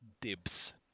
dibs